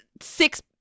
six